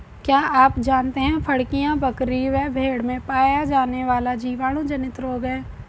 क्या आप जानते है फड़कियां, बकरी व भेड़ में पाया जाने वाला जीवाणु जनित रोग है?